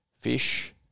fish